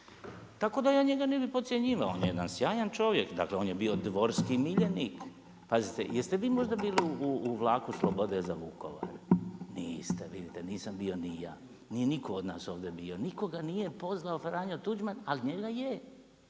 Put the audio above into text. Tako da ja njega ne bi podcjenjivao, on je jedan sjajan čovjek, dakle on je bio dvorski miljenik, pazite. Jeste vi možda bili u Vlaku slobode za Vukovar? Niste. Vidite nisam bio ni ja. Nije nitko od nas ovdje bio, nikoga nije pozvao Franjo Tuđman, ali njega je.